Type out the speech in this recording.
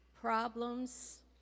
problems